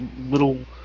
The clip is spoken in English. little